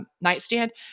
nightstand